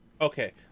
Okay